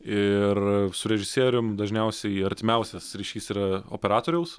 ir su režisierium dažniausiai artimiausias ryšys yra operatoriaus